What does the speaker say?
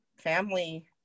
family